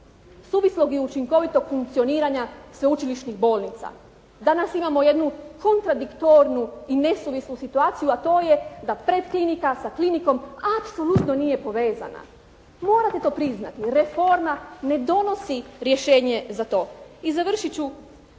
suvislog i učinkovitog funkcioniranja sveučilišnih bolnica. Danas imamo jednu kontradiktornu i nesuvislu situaciju a to je da predklinika sa klinikom apsolutno nije povezana. Morate to priznati, reforma ne donosi rješenje za to. I završit ću